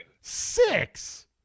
Six